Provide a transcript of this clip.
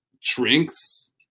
drinks